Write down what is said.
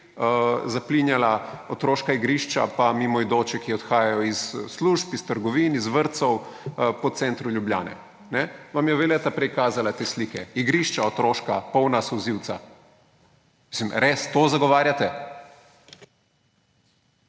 zaplinjala otroška igrišča in mimoidoče, ki odhajajo iz služb, iz trgovin, iz vrtcev po centru Ljubljane. Vam je Violeta prej kazala te slike, otroška igrišča – polna solzivca. Mislim, res, to zagovarjate?!